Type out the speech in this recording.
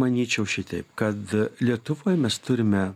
manyčiau šitaip kad lietuvoj mes turime